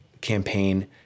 campaign